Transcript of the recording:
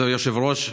כבוד היושב-ראש,